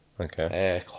Okay